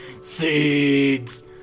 SEEDS